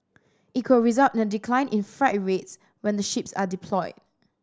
it could result in a decline in freight rates when the ships are deployed